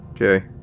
Okay